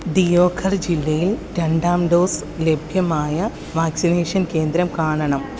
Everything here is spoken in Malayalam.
ദിയോഘർ ജില്ലയിൽ രണ്ടാം ഡോസ് ലഭ്യമായ വാക്സിനേഷൻ കേന്ദ്രം കാണണം